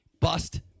bust